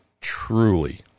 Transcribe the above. truly